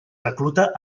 recluta